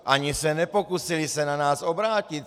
Ani se nepokusili se na nás obrátit.